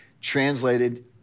translated